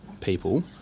people